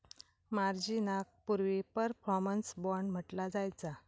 मार्जिनाक पूर्वी performance bond म्हटला जायचा